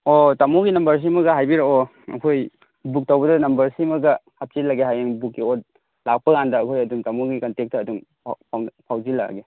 ꯑꯣ ꯇꯥꯃꯣꯒꯤ ꯅꯝꯕꯔꯁꯤꯃꯒ ꯍꯥꯏꯕꯤꯔꯛꯑꯣ ꯑꯩꯈꯣꯏ ꯕꯨꯛ ꯇꯧꯕꯗ ꯅꯝꯕꯔ ꯁꯤꯃꯒ ꯍꯥꯞꯆꯤꯜꯂꯒꯦ ꯍꯌꯦꯡ ꯕꯨꯛꯀꯤ ꯂꯥꯛꯄ ꯀꯥꯟꯗ ꯑꯩꯈꯣꯏ ꯑꯗꯨꯝ ꯇꯥꯃꯣꯒꯤ ꯀꯟꯇꯦꯛꯇ ꯑꯗꯨꯝ ꯐꯥꯎꯖꯤꯜꯂꯛꯂꯒꯦ